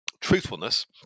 truthfulness